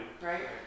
Right